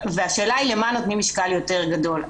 והשאלה היא למה נותנים משקל יותר גדול.